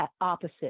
opposite